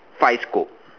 fries coke